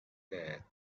there